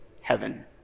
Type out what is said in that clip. heaven